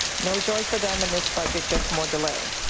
no joy for them in this budget. just more delay.